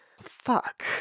fuck